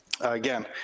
Again